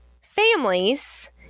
families